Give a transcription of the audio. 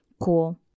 cool